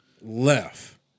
left